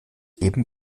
eben